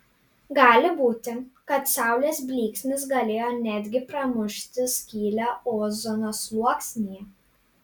gali būti kad saulės blyksnis galėjo netgi pramušti skylę ozono sluoksnyje